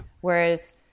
Whereas